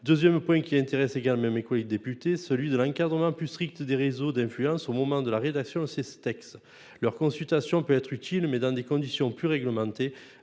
2ème point qui intéresse égal mais mes collègues députés, celui de l'encadrement plus strict des réseaux d'influence au moment de la rédaction. Ces steacks leur consultation peut être utile mais dans des conditions plus réglementé